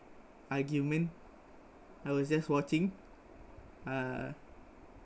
argument I was just watching uh